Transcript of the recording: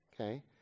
Okay